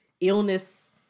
illness